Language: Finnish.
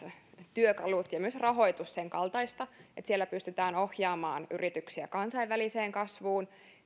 työkalut ja ja myös rahoitus senkaltaista että siellä pystytään ohjaamaan yrityksiä kansainväliseen kasvuun